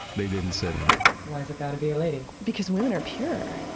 they didn't sit in it why's it gonna be a lady? because women are pure.